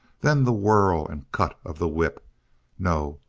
then the whir and cut of the whip no,